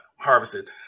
harvested